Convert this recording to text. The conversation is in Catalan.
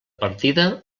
partida